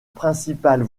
principale